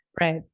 right